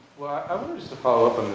i wanted just to follow up